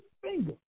finger